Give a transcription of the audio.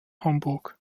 hamburg